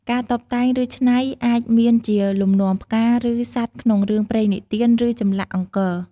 ការតុបតែង ឬ ច្នៃអាចមានជាលំនាំផ្កា និងសត្វក្នុងរឿងព្រេងនិទាន ឬ ចម្លាក់អង្គរ។